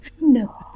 no